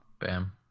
Bam